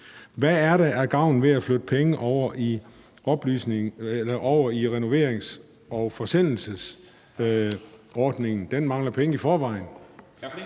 Hvad gør det af gavn at flytte penge over i renoverings- og forsendelsesordningen? Den mangler penge i forvejen. Kl.